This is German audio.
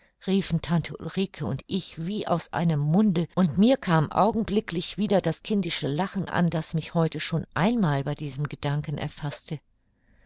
riefen tante ulrike und ich wie aus einem munde und mir kam augenblicklich wieder das kindische lachen an das mich heute schon einmal bei diesem gedanken erfaßte